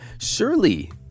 Surely